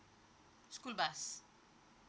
school bus